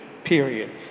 Period